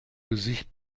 gesicht